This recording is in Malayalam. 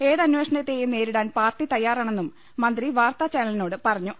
ഏതന്വേഷണത്തെയും നേരിടാൻ പാർട്ടി തയ്യാറാണെന്നും മന്ത്രി വാർത്താചാനലിനോട് പറഞ്ഞു